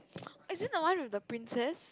is it the one with the princess